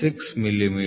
004 millimetre